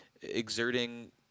exerting